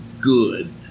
good